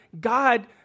God